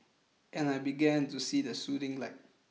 and I began to see the soothing light